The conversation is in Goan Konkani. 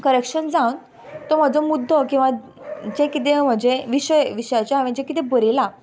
करेक्शन जावन तो म्हजो मुद्दो किंवां जें किदें जें विशयाचे हांवें जें किदें बरयलां